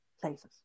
places